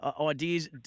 ideas